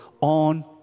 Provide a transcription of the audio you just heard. on